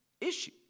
issue